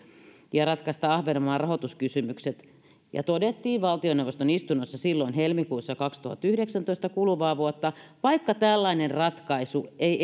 ja ratkaista ahvenanmaan rahoituskysymykset tämä todettiin valtioneuvoston istunnossa silloin helmikuussa kaksituhattayhdeksäntoista kuluvaa vuotta vaikka tällainen ratkaisu ei